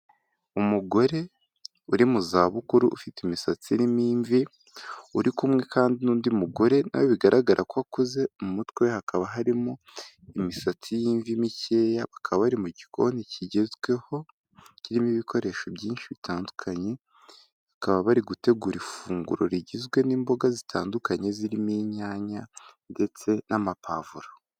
Umugore uri mu zabukuru ufite imisatsi irimo imvi, uri kumwe kandi n'undi mugore nawe bigaragara ko akuze mu mutwe we hakaba harimo imisatsi y'imvi mikeya, bakaba bari mu gikoni kigezweho, kirimo ibikoresho byinshi bitandukanye, bakaba bari gutegura ifunguro rigizwe n'imboga zitandukanye, zirimo inyanya ndetse n'amapavuro.